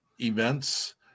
events